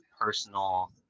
personal